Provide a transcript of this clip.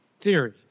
theory